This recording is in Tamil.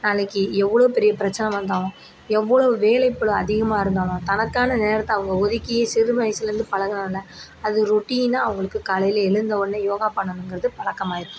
நாளைக்கு எவ்வளோ பெரிய பிரச்சனை வந்தாலும் எவ்வளோ வேலை பளு அதிகமாக இருந்தாலும் தனக்கான நேரத்தை அவங்க ஒதுக்கி சிறு வயதுலேருந்து பழகினோன அது ரொட்டினாக அவங்களுக்கு காலையில் எழுந்த உடனே யோகா பண்ணணுங்கிறது பழக்கமாயிடும்